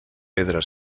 pedra